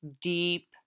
deep